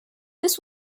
this